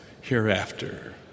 hereafter